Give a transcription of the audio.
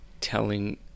telling